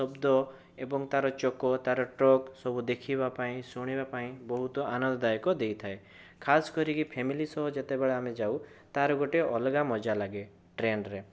ଶବ୍ଦ ଏବଂ ତା ର ଚକ ତା ର ଟ୍ରକ ସବୁ ଦେଖିବାପାଇଁ ଶୁଣିବାପାଇଁ ବହୁତ ଆନନ୍ଦ ଦାୟକ ଦେଇଥାଏ ଖାସ୍ କରିକି ଫେମିଲି ସହ ଯେତେବେଳେ ଆମେ ଯାଉ ତା ର ଗୋଟେ ଅଲଗା ମଜା ଲାଗେ ଟ୍ରେନରେ